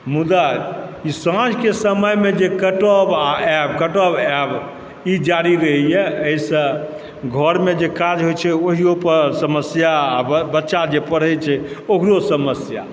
मुदा ई साँझके समयमे जे कटब आओर आयब कटब आयब ई जारी रहैए एहिसँ घरमे जे काज होइ छै ओहियोपर समस्या आओर बच्चा सब जे पढ़ै छै ओकरो समस्या